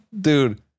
Dude